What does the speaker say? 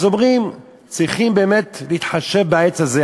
אז אומרים: צריכים באמת להתחשב בעץ הזה.